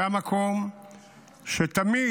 זה המקום שתמיד